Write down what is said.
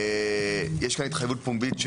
יש כאן התחייבות פומבית.